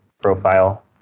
profile